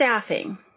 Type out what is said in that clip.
staffing